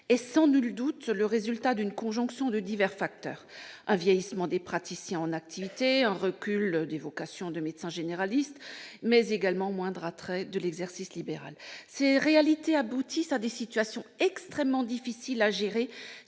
est sans nul doute le résultat d'une conjonction de divers facteurs : un vieillissement des praticiens en activité, un recul des vocations de médecin généraliste, mais également un moindre attrait de l'exercice libéral. Ces réalités aboutissent à des situations extrêmement difficiles à gérer,